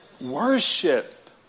worship